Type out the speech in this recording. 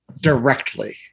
directly